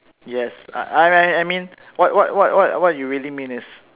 yes I I I I mean what what what what you really mean is